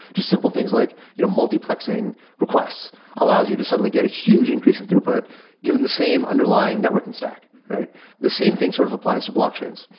just simple things like you know multiplexing multiplexing requests allows you to suddenly get a huge increase in throughput given the same underlying networking stack. the same thing sort of applies to blockchains.